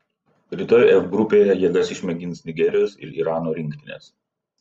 rytoj f grupėje jėgas išmėgins nigerijos ir irano rinktinės